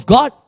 God